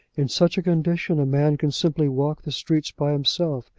in such a condition, a man can simply walk the streets by himself,